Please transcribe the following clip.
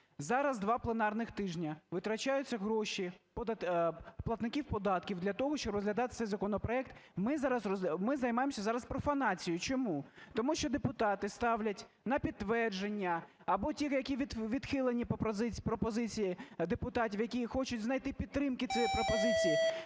зараз два пленарних тижні витрачаються гроші платників податків для того, щоб розглядати цей законопроект. Ми займаємося зараз профанацією. Чому? Тому що депутати ставлять на підтвердження або ті, які відхилені пропозиції депутатів, які хочуть знайти підтримку цієї пропозиції,